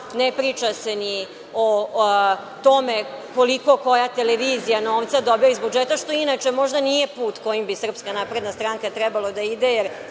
ne priča se ni o tome koliko koja televizija novca dobija iz budžeta, što inače možda nije put kojim bi SNS trebalo da ide